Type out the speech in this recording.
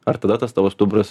ar tada tas tavo stuburas